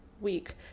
week